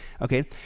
okay